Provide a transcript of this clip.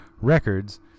Records